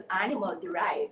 animal-derived